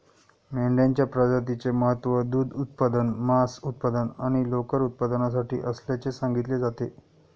मेंढ्यांच्या प्रजातीचे महत्त्व दूध उत्पादन, मांस उत्पादन आणि लोकर उत्पादनासाठी असल्याचे सांगितले जाते